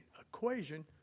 equation